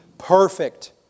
perfect